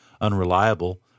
unreliable